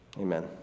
Amen